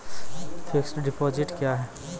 Fixed deposit क्या हैं?